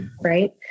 Right